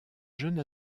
jeune